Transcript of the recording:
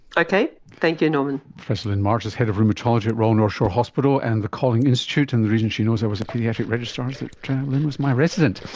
okay, thank you norman. professor lyn march is head of rheumatology at royal north shore hospital and the kolling institute, and the reason she knows that i was a paediatric registrar is that lyn was my resident.